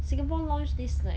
singapore launch this like